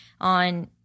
on